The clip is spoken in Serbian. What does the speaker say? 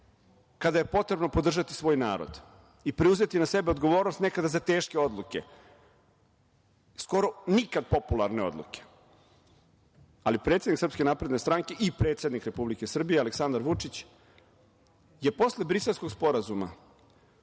kada je potrebno podržati svoj narod i preuzeti na sebe odgovornost nekada za teške odluke, skoro nikad popularne odluke. Predsednik SNS i predsednik Republike Srbije, Aleksandar Vučić, posle Briselskog sporazuma